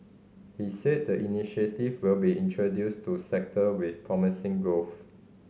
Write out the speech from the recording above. he said the initiative will be introduced to sector with promising growth